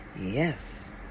Yes